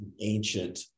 ancient